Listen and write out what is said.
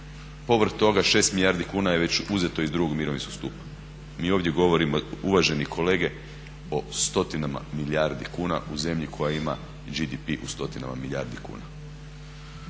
povrh toga 6 milijardi kuna je već uzeto iz drugog mirovinskog stupa. Mi ovdje govorimo uvaženi kolege o stotinama milijardi kuna u zemlji koja ima GDP u stotinama milijardi kuna.